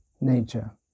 nature